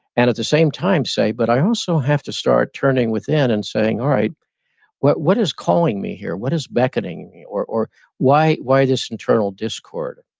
and at the same time, say, but i also have to start turning within and saying, alright what what is calling me here, what is beckoning me or or why why this internal discord?